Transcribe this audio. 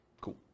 Cool